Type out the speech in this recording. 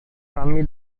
kami